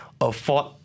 afford